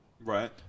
Right